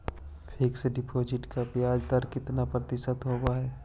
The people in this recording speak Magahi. फिक्स डिपॉजिट का ब्याज दर कितना प्रतिशत होब है?